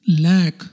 lack